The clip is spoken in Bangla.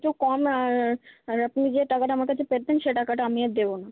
তো কম আর আর আপনি যে টাকাটা আমার কাছে পেতেন সে টাকাটা আমি আর দেবো না